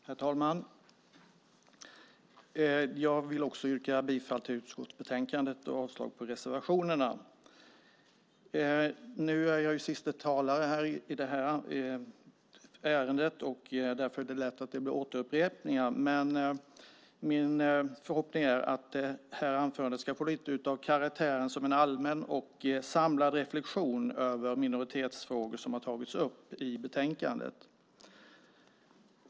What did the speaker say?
Herr talman! Jag yrkar också bifall till förslaget i utskottets betänkande och avslag på reservationerna. Jag är siste talare i det här ärendet. Därför är det lätt att det blir upprepningar, men min förhoppning är att det här anförandet ska få karaktären av en allmän och samlad reflektion över minoritetsfrågor som har tagits upp i betänkandet.